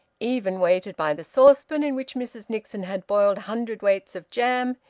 even weighted by the saucepan, in which mrs nixon had boiled hundredweights of jam,